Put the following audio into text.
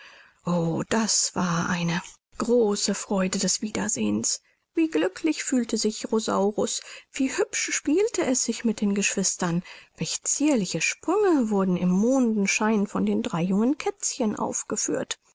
o das war eine große freude des wiedersehens wie glücklich fühlte sich rosaurus wie hübsch spielte es sich mit den geschwistern welche zierliche sprünge wurden im mondenschein von den drei jungen kätzchen aufgeführt